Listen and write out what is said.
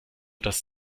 das